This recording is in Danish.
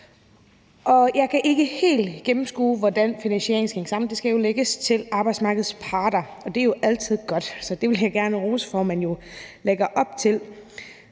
menjeg kan ikke helt gennemskue, hvordan finansieringen skal hænge sammen. Det skal jo lægges over til arbejdsmarkedets parter, og det er altid godt. Så det vil jeg gerne rose, at man lægger op til.